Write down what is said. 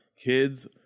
Kids